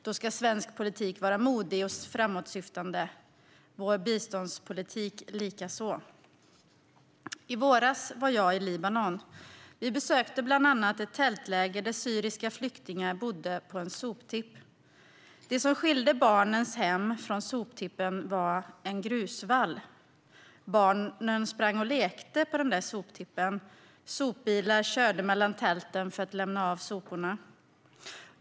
Då ska svensk politik vara modig och framåtsyftande, och vår biståndspolitik likaså. I våras var jag i Libanon. Vi besökte bland annat ett tältläger där syriska flyktingar bodde på en soptipp. Det som skilde barnens hem från soptippen var en grusvall. Barnen sprang och lekte på den där soptippen. Sopbilar körde mellan tälten för att lämna av soporna.